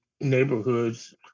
neighborhoods